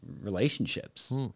relationships